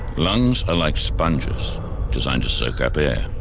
lungs are like sponges designed to soak up air.